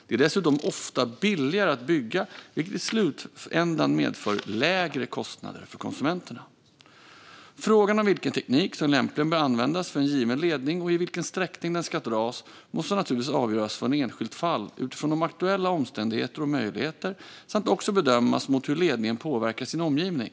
De är dessutom ofta billigare att bygga, vilket i slutändan medför lägre kostnader för konsumenterna. Frågan om vilken teknik som lämpligen bör användas för en given ledning och i vilken sträckning den ska dras måste naturligtvis avgöras i varje enskilt fall utifrån aktuella omständigheter och möjligheter samt också bedömas mot hur ledningen påverkar sin omgivning.